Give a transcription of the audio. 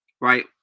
right